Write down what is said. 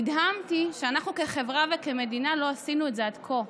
נדהמתי שאנחנו כחברה וכמדינה לא עשינו את זה עד כה,